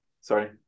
sorry